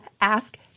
Ask